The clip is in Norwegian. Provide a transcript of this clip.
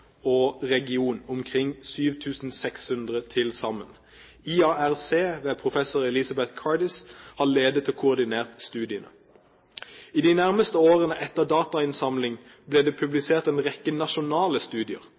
og region – omkring 7 600 til sammen. IARC ved professor Elisabeth Cardis har ledet og koordinert studiene. I de nærmeste årene etter datainnsamling ble det publisert en rekke nasjonale studier.